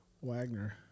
Wagner